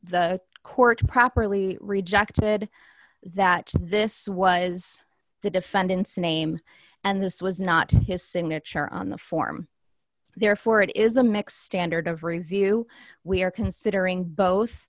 the court properly rejected that this was the defendant's name and this was not his signature on the form therefore it is a mix standard of review we are considering both